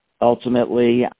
Ultimately